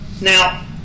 Now